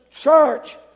church